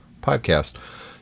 Podcast